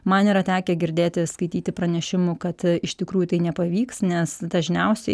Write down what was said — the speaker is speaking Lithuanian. man yra tekę girdėti skaityti pranešimų kad iš tikrųjų tai nepavyks nes dažniausiai